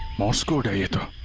morse code. yeah but